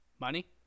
Money